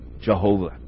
Jehovah